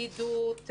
בדידות,